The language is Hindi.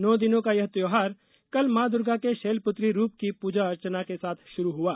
नौ दिनों की यह त्योहार कल मां दुर्गा कं शैलपुत्री रूप की पूजा अर्चना के साथ शुरू हुआ